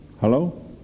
Hello